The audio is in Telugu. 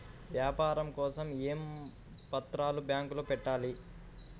వ్యాపారం కోసం ఏ పత్రాలు బ్యాంక్లో పెట్టాలి?